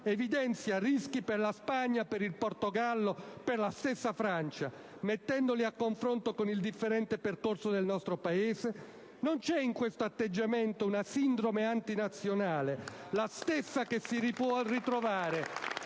evidenzia rischi per la Spagna, per il Portogallo, per la stessa Francia, mettendoli a confronto con il differente percorso del nostro Paese? Non c'è in questo atteggiamento una sindrome antinazionale *(Applausi dal Gruppo